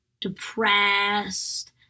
depressed